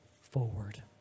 forward